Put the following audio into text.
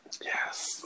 Yes